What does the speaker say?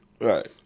Right